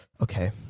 okay